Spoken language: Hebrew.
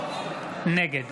נגד